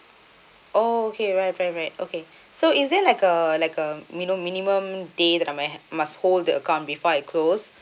oh okay right right right okay so is there like a like a mini~ minimum that I mu~ have must hold the account before I close